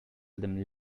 them